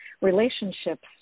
relationships